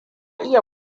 iya